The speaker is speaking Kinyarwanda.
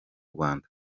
rwanda